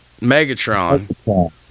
megatron